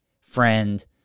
friend